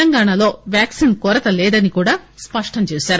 తెలంగాణలో వ్యాక్సిన్ కొరత లేదని స్పష్టం చేశారు